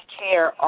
care